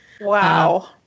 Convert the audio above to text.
Wow